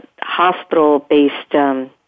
hospital-based